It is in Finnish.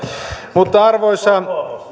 mutta